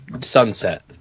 sunset